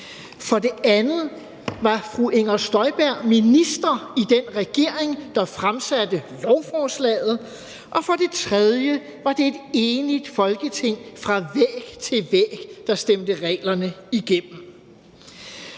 For det andet var fru Inger Støjberg minister i den regering, der fremsatte lovforslaget. Og for det tredje var det et enigt Folketing fra væg til væg, der stemte reglerne igennem.